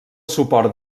suport